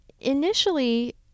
initially